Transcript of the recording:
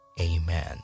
Amen